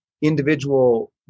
individual